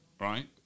right